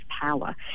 power